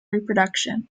reproduction